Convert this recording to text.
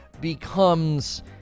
becomes